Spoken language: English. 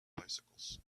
bicycles